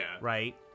right